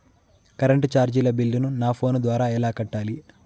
Current చార్జీల బిల్లును, నా ఫోను ద్వారా ఎలా కట్టాలి?